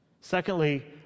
Secondly